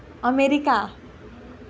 America